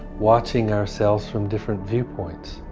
watching ourselves from different viewpoints,